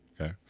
okay